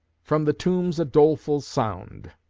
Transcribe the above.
from the tombs a doleful sound!